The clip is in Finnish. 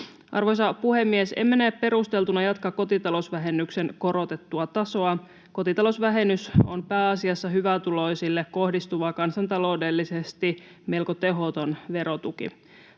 Arvoisa puhemies! Emme näe perusteltuna jatkaa kotitalousvähennyksen korotettua tasoa. Kotitalousvähennys on pääasiassa hyvätuloisille kohdistuva kansantaloudellisesti melko tehoton verotuki.